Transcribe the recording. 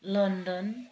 London